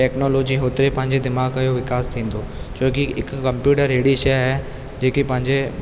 technology होतिरे पंहिंजे दिमाग़ जो विकास थींदो छोकी हिकु कम्पयूटर हिकु अहिड़ी शइ आहे जेके पंहिंजे